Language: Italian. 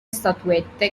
statuette